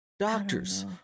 Doctors